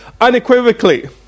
unequivocally